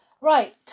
right